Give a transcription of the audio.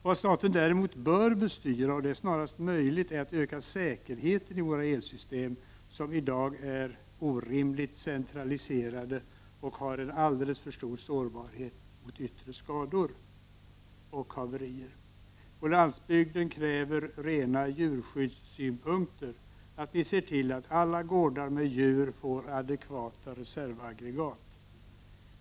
Vad staten däremot bör bestyra, och det snarast möjligt, är att öka säkerheten i våra elsystem, som i dag är orimligt centraliserade och har alldeles för stor sårbarhet mot yttre skador och haverier. På landsbygden kräver rena djurskyddssynpunkter att vi ser till att alla gårdar med djur får adekvata reservaggregat.